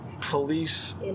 Police